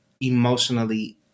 emotionally